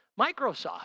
Microsoft